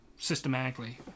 systematically